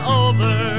over